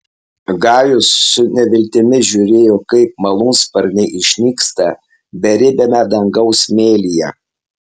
gajus su neviltimi žiūrėjo kaip malūnsparniai išnyksta beribiame dangaus mėlyje